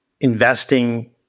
investing